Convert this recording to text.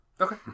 Okay